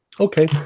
Okay